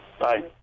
Bye